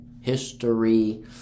history